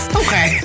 okay